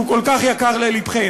שהוא כל כך יקר ללבכם.